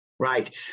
Right